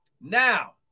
Now